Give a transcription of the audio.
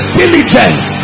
diligence